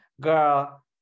girl